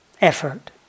effort